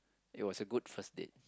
it was a good first date